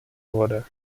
wurde